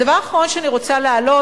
הדבר האחרון שאני רוצה להעלות,